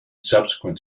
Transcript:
subsequent